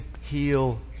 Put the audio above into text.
heal